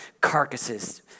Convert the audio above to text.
carcasses